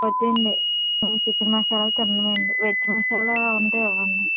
వద్దండి మేము చికెన్ మసాలా తినమండి వెజ్ మసాలా ఉంటే ఇవ్వండి